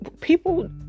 people